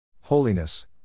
Holiness